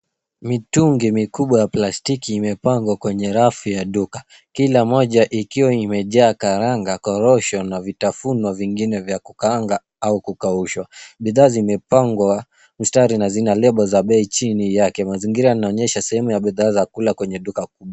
Mitungi mikubwa ya plastiki imepangwa kwenye rafu ya duka, kila moja ikiwa imejaa karanga, korosho na vitafunwa vingine vya kukaanga au kukaushwa. Bidhaa zimepangwa mstari na zina lebo ya bei chini yake. Mazingira yanaonyesha sehemu ya bidhaa za kula kwenye duka kubwa.